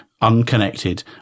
Unconnected